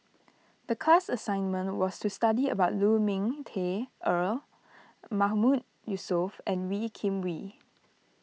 the class assignment was to study about Lu Ming Teh Earl Mahmood Yusof and Wee Kim Wee